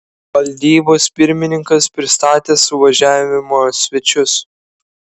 valdybos pirmininkas pristatė suvažiavimo svečius